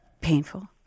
painful